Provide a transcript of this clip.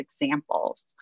examples